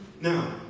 Now